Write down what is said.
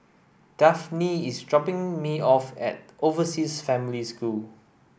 Dafne is dropping me off at Overseas Family School